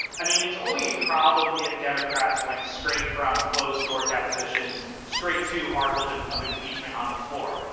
i mean it's only problem if democrats went straight from closed door depositions straight to articles and of impeachment on the floor.